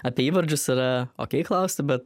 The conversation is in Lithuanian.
apie įvardžius yra okei klausti bet